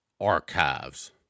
archives